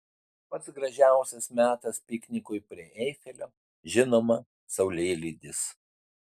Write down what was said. pats gražiausias metas piknikui prie eifelio žinoma saulėlydis